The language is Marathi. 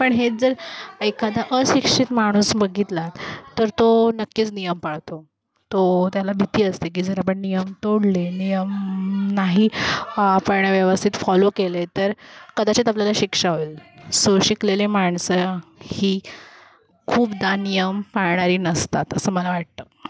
पण हेच जर एखादा अशिक्षित माणूस बघितला तर तो नक्कीच नियम पाळतो तो त्याला भीती असते की जर आपण नियम तोडले नियम नाही आपण व्यवस्थित फॉलो केले तर कदाचित आपल्याला शिक्षा होईल सो शिकलेले माणसं ही खूपदा नियम पाळणारी नसतात असं मला वाटतं